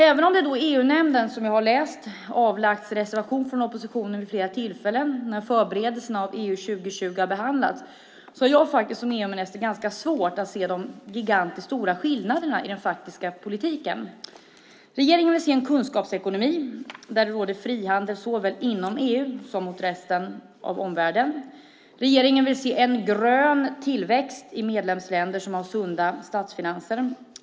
Även om det i EU-nämnden, som jag har läst, har avlagts reservationer från oppositionen vid flera tillfällen när förberedelserna av EU 2020 har behandlats har jag faktiskt som EU-minister ganska svårt att se de gigantiska skillnaderna i den faktiska politiken. Regeringen vill se en kunskapsekonomi där det råder frihandel såväl inom EU som gentemot resten av omvärlden. Regeringen vill se en grön tillväxt i medlemsländer som har sunda statsfinanser.